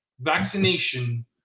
vaccination